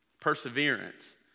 Perseverance